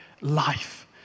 life